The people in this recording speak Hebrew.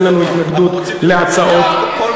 אין לנו התנגדות להצעות.